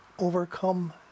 overcome